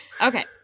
Okay